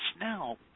now